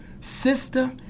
Sister